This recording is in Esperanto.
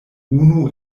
unu